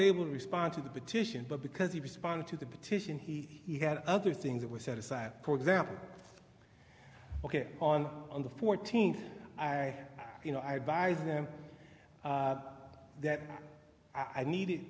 able to respond to the petition but because he responded to the petition he had other things that were set aside for example ok on the fourteenth i you know i advised them that i needed